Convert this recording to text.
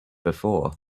before